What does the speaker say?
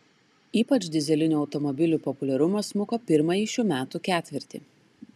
ypač dyzelinių automobilių populiarumas smuko pirmąjį šių metų ketvirtį